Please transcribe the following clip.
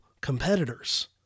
competitors